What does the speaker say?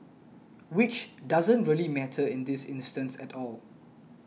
which doesn't really matter in this instance at all